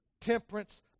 temperance